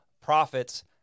profits